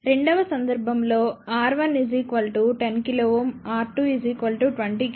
రెండవ సందర్భంలో R110k R220k Rin 1